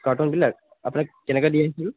কাৰ্টুনবিলাক আপোনালোকে কেনেকৈ দিয়ে